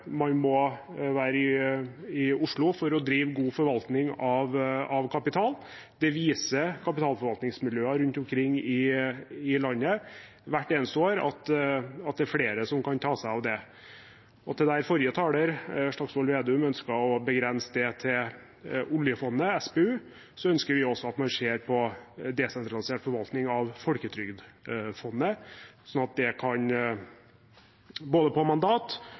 man må være i Oslo for å drive god forvaltning av kapital. Det viser kapitalforvaltningsmiljøer rundt omkring i landet hvert eneste år, at det er flere som kan ta seg av det. Der forrige taler, Slagsvold Vedum, ønsket å begrense det til oljefondet, SPU, ønsker vi at man også ser på desentralisert forvaltning av Folketrygdfondet, både på mandat og på hvor man sitter hen i landet og forvalter de midlene. Selv om det